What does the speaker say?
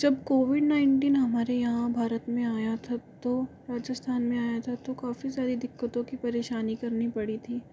जब COVID nineteen हमारे यहाँ भारत में आया था तो राजस्थान में आया था तो काफ़ी सारी दिक्कतों की परेशानी करनी पड़ी थी